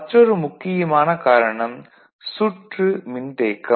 மற்றொரு முக்கியமான காரணம் சுற்று மின்தேக்கம்